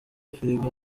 firigo